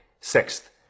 sixth